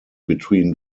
between